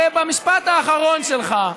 הרי במשפט האחרון שלך,